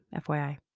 FYI